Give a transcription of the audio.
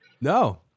No